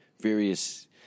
various